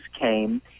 came